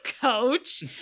coach